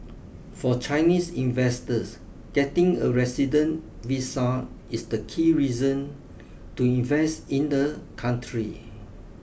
for Chinese investors getting a resident visa is the key reason to invest in the country